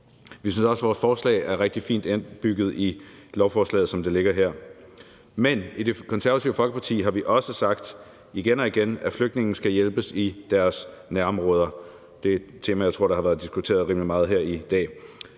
Vi synes også, at vores forslag er rigtig fint indbygget i lovforslaget, som det ligger her. Men i Det Konservative Folkeparti har vi også sagt igen og igen, at flygtninge skal hjælpes i deres nærområder. Det er et tema, jeg tror har været diskuteret rimelig meget her i dag.